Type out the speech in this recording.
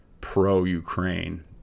pro-ukraine